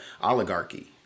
oligarchy